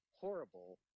horrible –